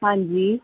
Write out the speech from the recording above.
ਹਾਂਜੀ